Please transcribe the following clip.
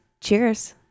Cheers